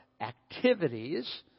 activities